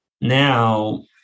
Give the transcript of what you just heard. Now